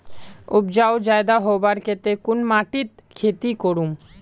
उपजाऊ ज्यादा होबार केते कुन माटित खेती करूम?